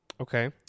Okay